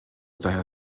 daher